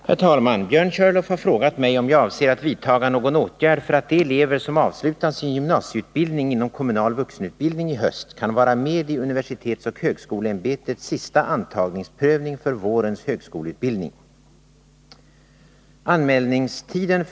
Herr talman! Björn Körlof har frågat mig om jag avser att vidtaga någon åtgärd för att de elever som avslutar sin gymnasieutbildning inom kommunal vuxenutbildning i höst kan vara med i universitetsoch högskoleämbetets sista antagningsprövning för vårens högskoleutbildning.